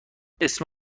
اسم